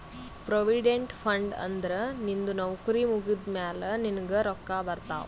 provident fund ಅಂದುರ್ ನಿಂದು ನೌಕರಿ ಮುಗ್ದಮ್ಯಾಲ ನಿನ್ನುಗ್ ರೊಕ್ಕಾ ಬರ್ತಾವ್